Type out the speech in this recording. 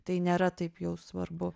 tai nėra taip jau svarbu